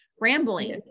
Rambling